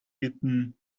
eton